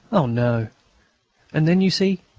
oh, no and then, you see,